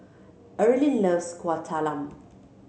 Erling loves Kueh Talam